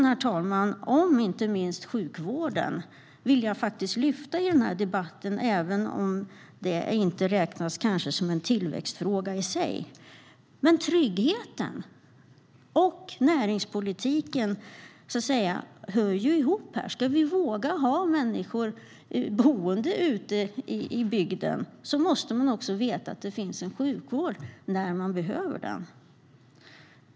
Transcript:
Diskussionen om inte minst sjukvården vill jag faktiskt lyfta fram i den här debatten även om det kanske inte räknas som en tillväxtfråga i sig. Men tryggheten och näringspolitiken hör ihop. Ska människor våga bo ute i bygden måste de också veta att det finns sjukvård när de behöver den.